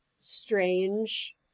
strange